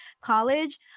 college